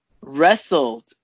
wrestled